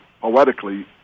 poetically